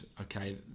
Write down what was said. Okay